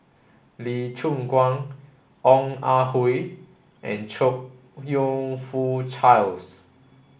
Lee Choon Guan Ong Ah Hoi and Chong You Fook Charles